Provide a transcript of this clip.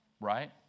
Right